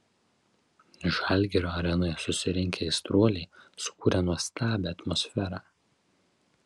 žalgirio arenoje susirinkę aistruoliai sukūrė nuostabią atmosferą